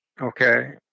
Okay